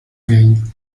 gris